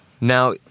Now